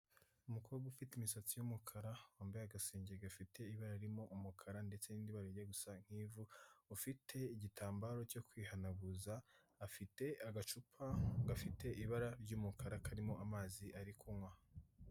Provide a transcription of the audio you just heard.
Umukobwa ufite imisatsi y'umukara, wambaye agasengeri gafite ibara ririmo umukara ndetse n'irindi bara rijya gusa nk'ivu ufite igitambaro cyo kwihanaguza, afite agacupa gafite ibara ry'umukara karimo amazi ari kunywa.